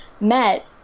met